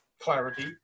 clarity